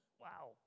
Wow